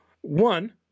one